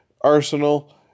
arsenal